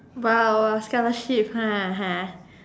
I was gonna shift